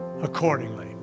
accordingly